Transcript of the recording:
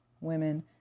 women